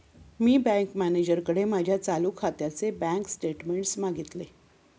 मी bank मॅनेजरकडे माझ्या चालू खात्याचे बँक स्टेटमेंट्स मागितले